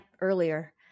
earlier